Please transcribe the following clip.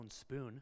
spoon